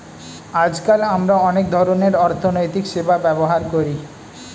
আজকাল আমরা অনেক ধরনের অর্থনৈতিক সেবা ব্যবহার করি